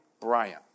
Brian